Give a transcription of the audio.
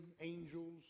angels